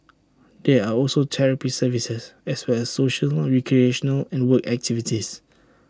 there are also therapy services as well as social recreational and work activities